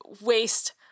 waste